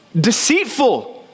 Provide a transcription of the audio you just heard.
Deceitful